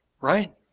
Right